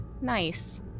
Nice